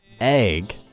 Egg